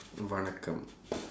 வணக்கம்:vanakkam